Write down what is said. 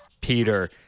Peter